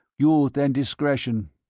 youth and discretion.